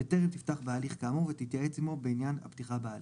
בטרם תפתח בהליך כאמור ותתייעץ עמו בעניין הפתיחה בהליך.